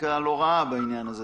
סטטיסטיקה לא רעה בעניין הזה.